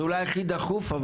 זה אולי הכי דחוף,